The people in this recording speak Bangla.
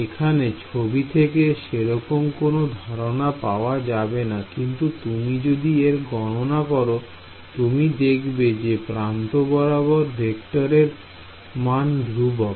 এখানে ছবি থেকে সেরকম কোনো ধারণা পাওয়া যাবে না কিন্তু তুমি যদি এর গণনা করো তুমি দেখবে যে প্রান্ত বরাবর ভেক্টরের মান ধ্রুবক